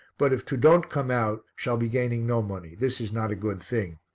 but if to don't come out, shall be gaining no money. this is not a good thing.